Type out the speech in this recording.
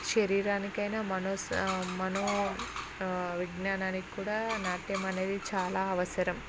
శరీరానికి అయినా మనో మనో విజ్ఞానానికి కూడా నాట్యం అనేది చాలా అవసరం